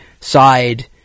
side